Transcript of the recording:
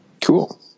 Cool